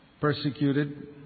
persecuted